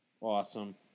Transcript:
Awesome